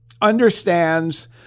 understands